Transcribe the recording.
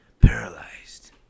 paralyzed